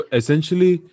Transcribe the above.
essentially